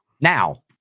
Now